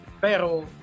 Pero